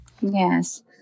Yes